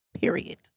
period